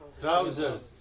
Trousers